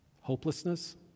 hopelessness